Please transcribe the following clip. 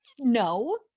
no